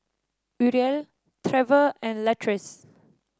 Uriel Trever and Latrice